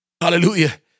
Hallelujah